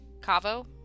Cavo